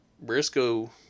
briscoe